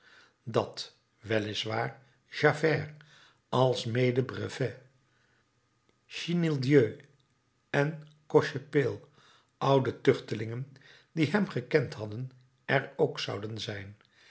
dat wel is waar javert alsmede brevet chenildieu en cochepaille oude tuchtelingen die hem gekend hadden er ook zouden zijn